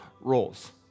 roles